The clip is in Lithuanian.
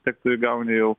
tiek tu įgauni jau